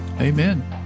amen